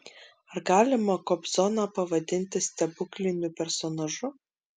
ar galima kobzoną pavadinti stebukliniu personažu